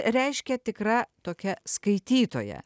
reiškia tikra tokia skaitytoja